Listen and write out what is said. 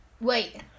Wait